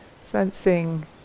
sensing